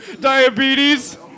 diabetes